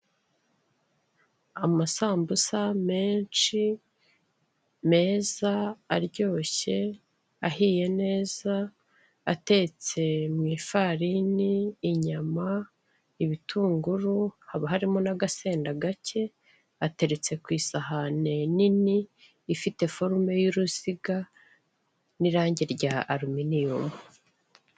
Amasambusa menshi meza, aryoshye, ahiye neza, atetse mu ifarini, inyama, ibitunguru, haba harimo n'agasenda gake, ateretse ku isahane nini ifite forume y'uruziga n'irangi rya aluminiyumu.